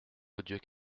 odieux